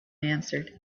answered